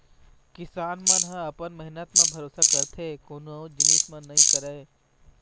किसान मन ह अपन मेहनत म भरोसा करथे कोनो अउ जिनिस म नइ करय